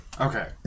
Okay